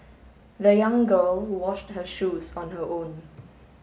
the young girl washed her shoes on her own